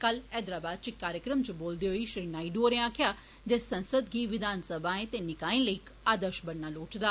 कल हैदराबाद च इक कार्यक्रम च बोलदे होई श्री नायडू होरें आक्खेआ जे संसद गी विधान सभाएं ते निकाएं लेई इक आदर्ष बनना लोड़चदा